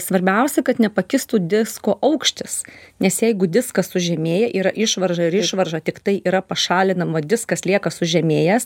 svarbiausia kad nepakistų disko aukštis nes jeigu diskas sužemėja yra išvarža ir išvarža tiktai yra pašalinama diskas lieka sužemėjęs